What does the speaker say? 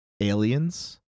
aliens